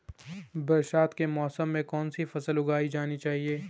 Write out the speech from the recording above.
बरसात के मौसम में कौन सी फसल उगानी चाहिए?